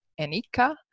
Anika